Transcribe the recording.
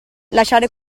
lasciare